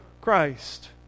Christ